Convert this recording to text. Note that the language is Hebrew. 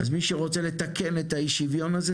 אז מי שרוצה לתקן את האי שוויון הזה,